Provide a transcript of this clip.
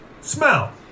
smell